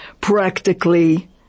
practically